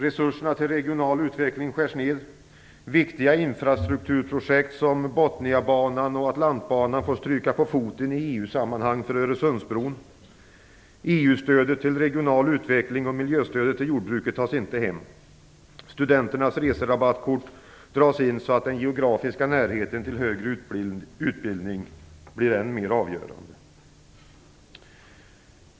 Resurserna till regional utveckling skärs ned. Atlantbanan får stryka på foten i EU-sammanhang för Öresundsbron. EU-stödet till regional utveckling och miljöstödet till jordbruket tas inte hem. Studenternas reserabattkort dras in så att den geografiska närheten till högre utbildning blir än mer avgörande.